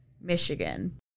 Michigan